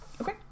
Okay